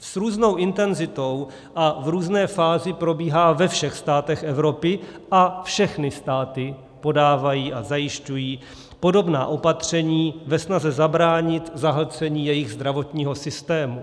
S různou intenzitou a v různé fázi probíhá ve všech státech Evropy a všechny státy podávají a zajišťují podobná opatření ve snaze zabránit zahlcení jejich zdravotního systému.